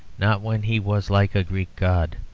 not when he was like a greek god,